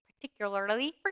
particularly